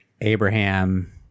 Abraham